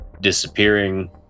disappearing